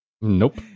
nope